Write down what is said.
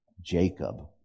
Jacob